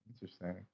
Interesting